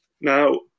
Now